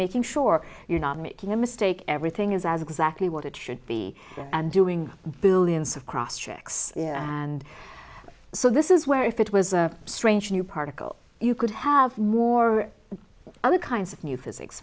making sure you're not making a mistake everything is as exactly what it should be and doing billions of cross checks and so this is where if it was a strange new particle you could have more other kinds of new physics